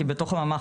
כי בתוך הממ"ח,